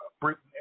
Britain